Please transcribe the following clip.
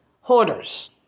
hoarders